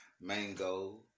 mango